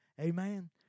Amen